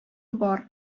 бар